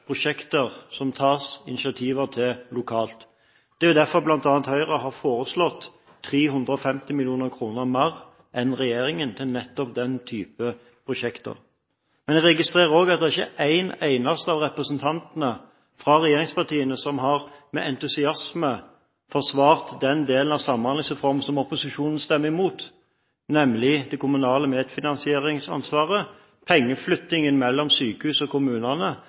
prosjekter som det tas initiativ til lokalt. Det er derfor Høyre bl.a. har foreslått 350 mill. kr mer enn regjeringen til nettopp denne type prosjekter. Jeg registrerer også at det ikke er en eneste av representantene fra regjeringspartiene som med entusiasme har forsvart den delen av Samhandlingsreformen som opposisjonen stemmer imot, nemlig det kommunale medfinansieringsansvaret – pengeflyttingen mellom sykehus og kommunene